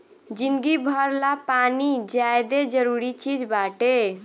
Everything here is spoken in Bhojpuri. जिंदगी भर ला पानी ज्यादे जरूरी चीज़ बाटे